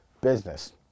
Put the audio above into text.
business